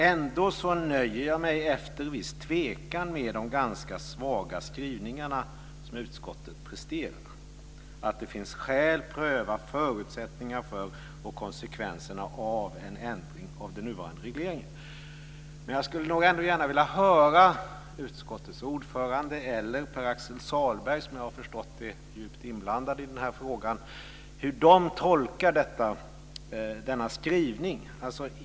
Ändå nöjer jag mig efter viss tvekan med den ganska svaga skrivning som utskottet presterar, att det finns "skäl att pröva förutsättningarna för och konsekvenserna av en ändring av den nuvarande regleringen". Men jag skulle nog ändå vilja höra hur utskottets ordförande eller Pär-Axel Sahlberg, som jag har förstått är djupt inblandad i den här frågan, tolkar denna skrivning.